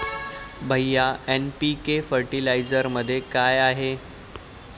भैय्या एन.पी.के फर्टिलायझरमध्ये काय आहे?